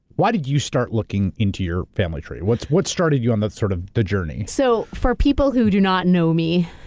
why did you start looking into your family tree? what what started you on sort of the journey? so, for people who do not know me,